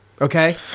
Okay